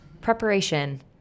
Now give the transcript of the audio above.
Preparation